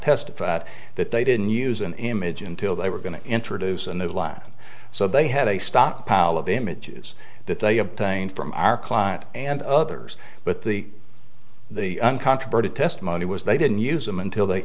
testify that they didn't use an image until they were going to introduce a new line so they had a stockpile of images that they obtained from our client and others but the uncontroverted testimony was they didn't use them until the